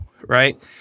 right